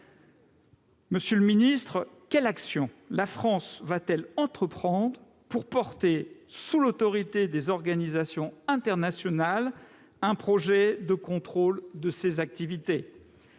Monsieur le ministre, quelles actions la France va-t-elle entreprendre pour porter, sous l'autorité des organisations internationales, un projet de contrôle de ces activités ?